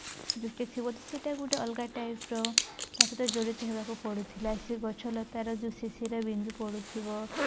ସୃଷ୍ଟି ଥିବ ତ ସେଇଟା ଗୋଟେ ଅଲଗା ଟାଇପର ତା ସହିତ ଜଡ଼ିତ ହେବାକୁ ପଡ଼ୁଥିଲା ସେ ଗଛଲତାର ଯେଉଁ ଶିଶିର ବିନ୍ଦୁ ପଡ଼ୁଥିବ